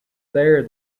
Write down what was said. there